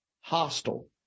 hostile